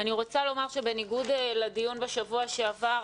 אני רוצה לומר שבניגוד לדיון בשבוע שעבר,